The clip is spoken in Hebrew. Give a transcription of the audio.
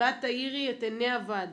ואת תאירי את עיניי הוועדה.